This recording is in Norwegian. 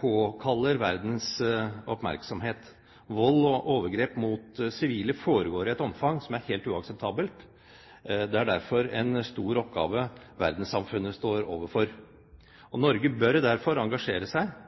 påkaller verdens oppmerksomhet. Vold og overgrep mot sivile foregår i et omfang som er helt uakseptabelt. Det er derfor en stor oppgave verdenssamfunnet står overfor. Norge bør derfor engasjere seg –